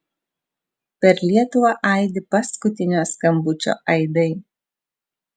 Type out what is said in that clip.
per lietuvą aidi paskutinio skambučio aidai